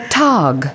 tag